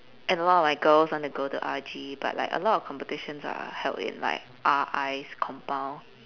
and a lot of my girls want to go to R_G but like a lot of competitions are held in like R_I's compound